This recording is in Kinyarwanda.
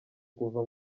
kuva